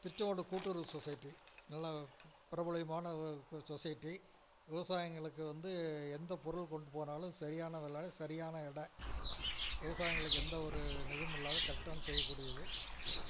திருச்சங்கோட்டை கூட்டுறவு சொசைட்டி நல்ல பிரபலமான ஒரு சொசைட்டி விவசாயிங்களுக்கு வந்து எந்த பொருள் கொண்டு போனாலும் சரியான விலை சரியான எடை விவசாயிகளுக்கு எந்த ஒரு இடைஞ்சலும் இல்லாத கரெக்டான செய்யக்கூடியது